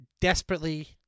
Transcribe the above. desperately